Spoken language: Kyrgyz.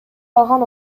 алган